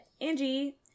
Angie